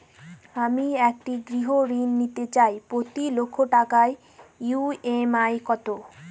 আমি একটি গৃহঋণ নিতে চাই প্রতি লক্ষ টাকার ই.এম.আই কত?